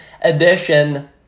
edition